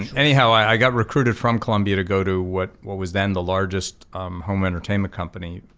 anyhow i got recruited from columbia to go to what what was then the largest home entertainment company,